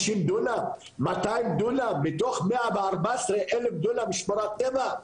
150-200 דונם מתוך 114 אלף דונם משמורת טבע,